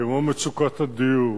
כמו מצוקת הדיור,